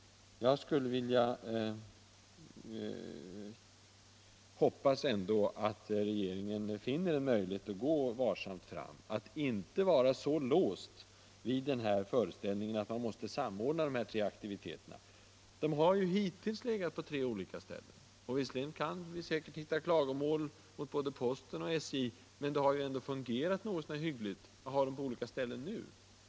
Jag vill hoppas att regeringen finner en möjlighet att gå varsamt fram och inte vara låst vid den föreställningen att man måste samordna de här tre aktiviteterna. De har ju hittills legat på tre olika ställen. Visserligen kan vi säkert hitta klagomål mot både posten och SJ, men de har ju ändå fungerat något så när hyggligt på olika ställen.